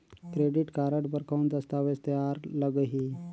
Credit card बर कौन दस्तावेज तैयार लगही?